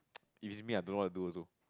if it's me I don't know what to do also